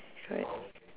right